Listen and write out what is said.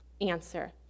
answer